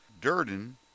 Durden